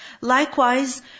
Likewise